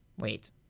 Wait